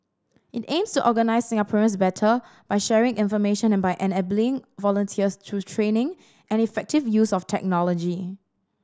it aims to organise Singaporeans better by sharing information and by enabling volunteers through training and effective use of technology